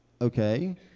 okay